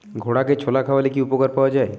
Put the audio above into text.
ঘোড়াকে ছোলা খাওয়ালে কি উপকার পাওয়া যায়?